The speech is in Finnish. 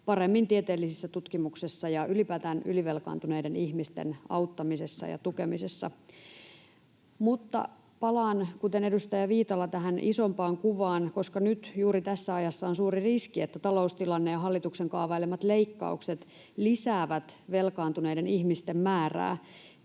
paremmin tieteellisessä tutkimuksessa ja ylipäätään ylivelkaantuneiden ihmisten auttamisessa ja tukemisessa. Mutta palaan, kuten edustaja Viitala, tähän isompaan kuvaan, koska nyt, juuri tässä ajassa on suuri riski, että taloustilanne ja hallituksen kaavailemat leikkaukset lisäävät velkaantuneiden ihmisten määrää.